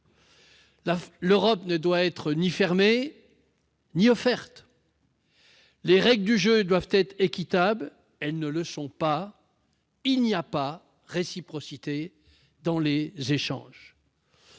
L'Europe ne doit être ni fermée ni offerte, les règles du jeu doivent être équitables, elles ne le sont pas : il n'y a pas réciprocité dans les échanges.